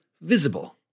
Visible